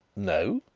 no,